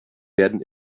werden